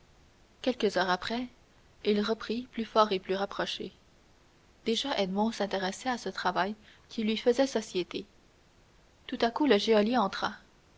quelques heures après il reprit plus fort et plus rapproché déjà edmond s'intéressait à ce travail qui lui faisait société tout à coup le geôlier entra